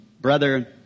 brother